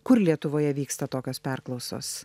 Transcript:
kur lietuvoje vyksta tokios perklausos